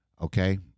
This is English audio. okay